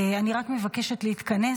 אני רק מבקשת להתכנס,